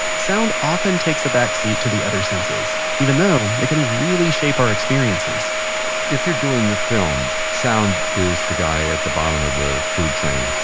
sound often takes a backseat to the other senses, even though it can really shape our experiences if you're doing a film, sound is the guy at the bottom of the food chain.